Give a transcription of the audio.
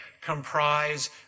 comprise